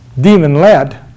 demon-led